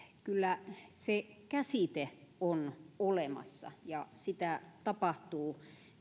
kyllä se käsite on olemassa ja sitä tapahtuu